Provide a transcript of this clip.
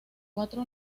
cuatro